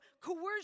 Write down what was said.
coercion